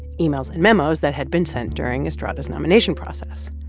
emails and memos that had been sent during estrada's nomination process.